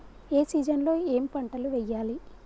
ఏ season లో ఏం పంటలు వెయ్యాలి?